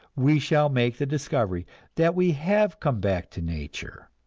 we shall make the discovery that we have come back to nature,